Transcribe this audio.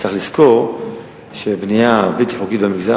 3. צריך לזכור שבנייה בלתי חוקית במגזר